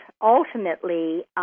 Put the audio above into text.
ultimately